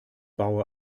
baue